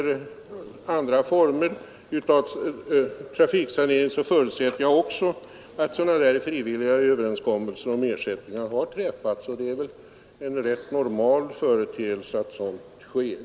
Vid andra former av trafiksanering förutsätter jag också att frivilliga överenskommelser om ersättning har träffats, och det är väl en rätt normal företeelse att så sker.